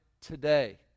today